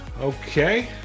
Okay